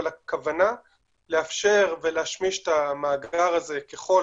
אבל הכוונה לאפשר ולהשמיש את המאגר הזה ככל